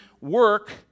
work